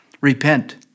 Repent